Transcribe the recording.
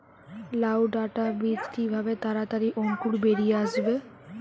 লাউ ডাটা বীজ কিভাবে তাড়াতাড়ি অঙ্কুর বেরিয়ে আসবে?